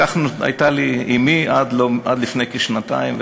כך הייתה לי אמי עד לפני כשנתיים,